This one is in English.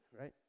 right